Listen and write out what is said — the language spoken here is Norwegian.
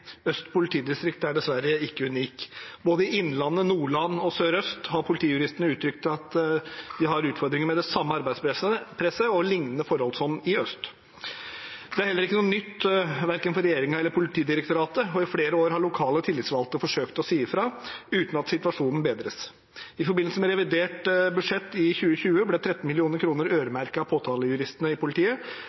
i Nordland og i Sør-Øst har politijuristene uttrykt at de har utfordringer med det samme arbeidspresset og lignende forhold som i Øst politidistrikt. Det er heller ikke noe nytt verken for regjeringen eller for Politidirektoratet, og i flere år har lokale tillitsvalgte forsøkt å si ifra uten at situasjonen bedres. I forbindelse med revidert budsjett i 2020 ble 13 mill. kr øremerket påtalejuristene i politiet,